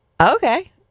okay